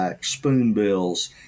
spoonbills